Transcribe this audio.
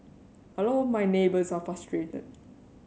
a lot of my neighbours are frustrated